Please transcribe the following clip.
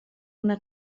una